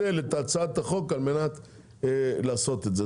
הצעת החוק על מנת לעשות את זה.